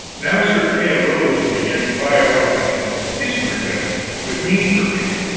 now sir kay arose and began to fire up on his history-mill with me for fuel.